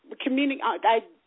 communicating